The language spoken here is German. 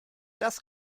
das